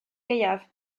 gaeaf